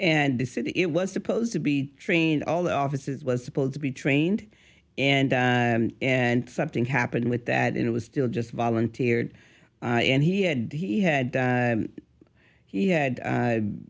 and the city it was supposed to be trained all the offices was supposed to be trained and and something happened with that it was still just volunteered and he had he had he had